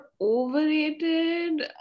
overrated